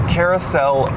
carousel